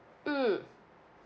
mmhmm